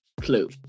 Clue